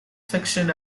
fiction